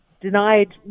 denied